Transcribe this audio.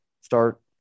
start